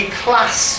class